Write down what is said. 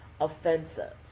offensive